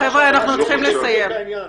חבר'ה, אנחנו צריכים לסיים.